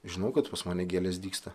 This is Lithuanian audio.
žinau kad pas mane gėlės dygsta